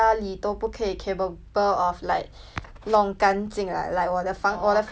弄干净 like like 我的房间我的房间已经狗窝 liao 我还要养 young meh